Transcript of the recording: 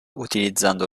utilizzando